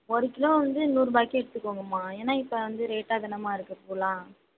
ஒரு கிலோ வந்து நூறு ரூபாய்க்கு எடுத்துக்கோங்கம்மா ஏன்னா வந்து ரேட்டாக தானேமா இருக்கு பூலாம்